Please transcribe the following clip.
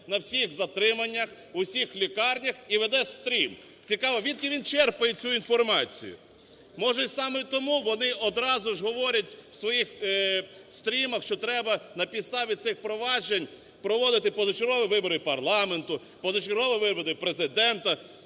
на всіх затриманнях, в усіх лікарнях і веде стрім. Цікаво: звідки він черпає цю інформацію? Може саме тому вони одразу ж говорять в своїх стрімах, що треба на підставі цих проваджень проводити позачергові вибори парламенту, позачергові вибори Президента.